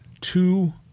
two